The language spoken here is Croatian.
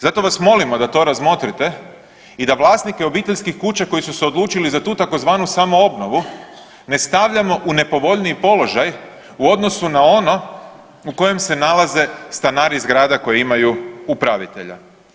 Zato vas molimo da to razmotrite i da vlasnike obiteljskih kuća koji su se odlučili za tu tzv. samoobnovu ne stavljamo u nepovoljniji položaj u odnosu na ono u kojem se nalaze stanari zgrada koje imaju upravitelja.